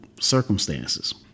circumstances